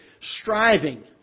striving